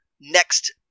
next